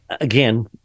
again